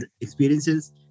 experiences